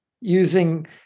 using